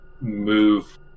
move